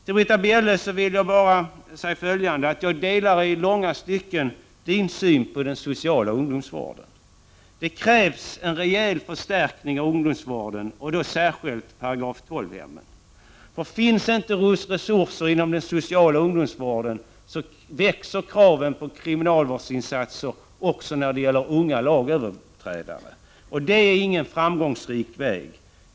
Till Britta Bjelle vill jag bara säga följande: Jag delar i långa stycken Britta Bjelles syn på den sociala ungdomsvården. Det krävs en rejäl förstärkning 19 av ungdomsvården, särskilt av § 12-hemmen. Finns inte resurser inom den sociala ungdomsvården växer kraven på kriminalvårdsinsatser också när det gäller unga lagöverträdare. Det är ingen framgångsrik väg.